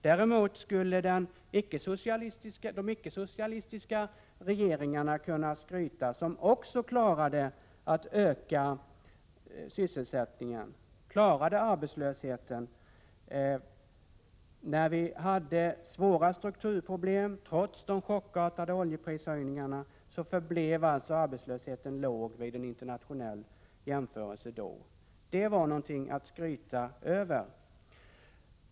Däremot skulle de icke-socialistiska regeringarna, som också klarade att öka sysselsättningen, kunna skryta. De klarade arbetslösheten när vi hade svåra strukturproblem. Trots de chockartade oljeprishöjningarna förblev arbetslösheten låg vid en internationell jämförelse. Det var någonting att skryta över.